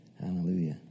Hallelujah